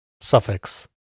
suffix